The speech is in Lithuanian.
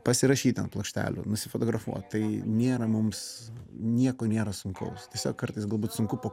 pasirašyti ant plokštelių nusifotografuot tai nėra mums nieko nėra sunkaus tiesiog kartais galbūt sunku po